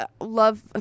love